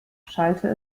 schallte